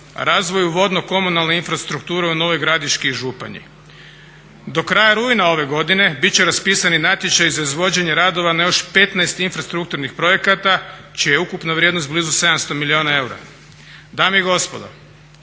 razvoju vodno-komunalne infrastrukture u Novoj Gradiški i Županji. Do kraja rujne ove godine bit će raspisani natječaji za izvođenje radova na još 15 infrastrukturnih projekata čija je ukupna vrijednost blizu 700 milijuna eura. Dame i gospodo